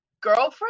girlfriend